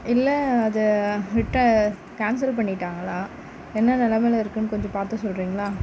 இல்லை அது ரிட்ட கேன்ஸல் பண்ணிட்டாங்களா என்ன நிலமைல இருக்குன் கொஞ்சம் பார்த்து சொல்கிறிங்களா